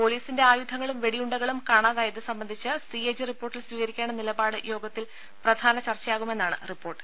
പൊലീസിന്റെ ആയുധങ്ങളും വെടിയുണ്ടകളുംകാണാതായത് സംബ ന്ധിച്ച സിഎജി റിപ്പോർട്ടിൽ സ്വീകരിക്കേണ്ട് നിലപ്പാട് യോഗത്തിൽ പ്രധാന ചർച്ചയാകുമെന്നാണ് റിപ്പോർട്ട്